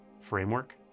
framework